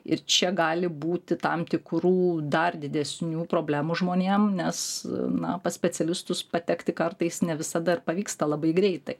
ir čia gali būti tam tikrų dar didesnių problemų žmonėm nes na pas specialistus patekti kartais ne visada pavyksta labai greitai